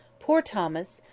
poor thomas!